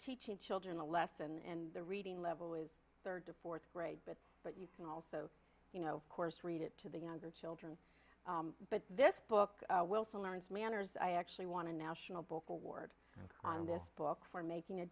teaching children a lesson and the reading level is third or fourth grade but but you can also you know course read it to the younger children but this book wilson learns manners i actually want to national book award on this book for making a